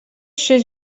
šis